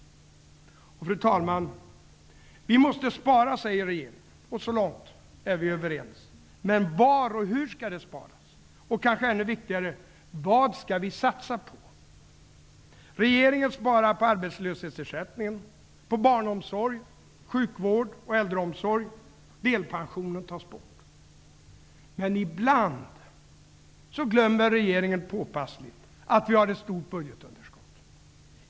Fru talman! Vi måste spara, säger regeringen. Så långt är vi överens. Men var och hur skall det sparas? Och -- kanske ännu viktigare -- vad skall vi satsa på? Regeringen sparar på arbetslöshetsersättningen, barnomsorgen, sjukvården och äldreomsorgen. Delpensionen tas bort. Men ibland glömmer regeringen påpassligt att vi har ett stort budgetunderskott.